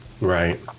right